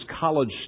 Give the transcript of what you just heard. college